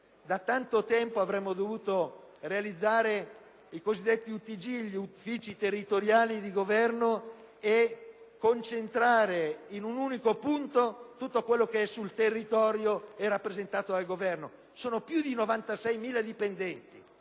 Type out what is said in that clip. Da tanto tempo avremmo dovuto realizzare i cosiddetti UTG (uffici territoriali del Governo) e concentrare in un unico punto tutto quello che sul territorio è rappresentato dal Governo: sono più di 96.000 dipendenti.